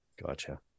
Gotcha